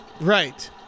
Right